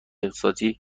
اقتصادی